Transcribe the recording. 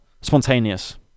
spontaneous